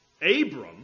Abram